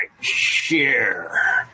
Share